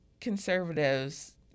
conservatives